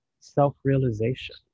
self-realization